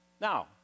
Now